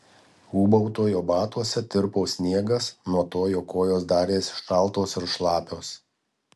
ūbautojo batuose tirpo sniegas nuo to jo kojos darėsi šaltos ir šlapios